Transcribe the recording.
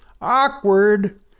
Awkward